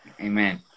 Amen